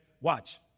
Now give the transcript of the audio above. watch